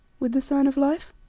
with the sign of life?